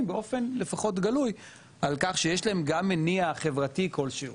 באופן לפחות גלוי על כך שיש להם גם מניע חברתי כלשהו.